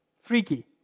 Freaky